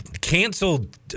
canceled